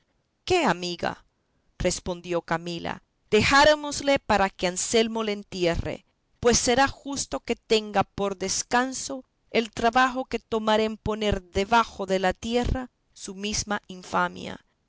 qué amiga respondió camila dejarémosle para que anselmo le entierre pues será justo que tenga por descanso el trabajo que tomare en poner debajo de la tierra su misma infamia